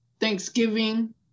Thanksgiving